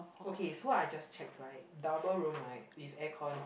okay so I just checked right double room right with air con